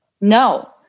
no